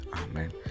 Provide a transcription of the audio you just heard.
Amen